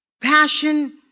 Passion